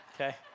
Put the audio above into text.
okay